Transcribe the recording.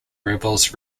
rebels